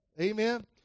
Amen